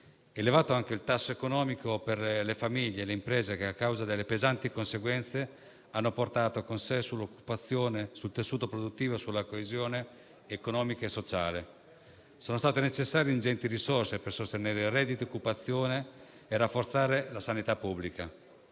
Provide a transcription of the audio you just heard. Elevato è anche il tasso economico per le famiglie e le imprese, a causa delle pesanti conseguenze che ha portato con sé sull'occupazione, sul tessuto produttivo e sulla coesione economica e sociale. Sono state necessarie ingenti risorse per sostenere reddito e occupazione e rafforzare la sanità pubblica.